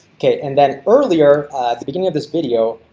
okay, and then earlier at the beginning of this video.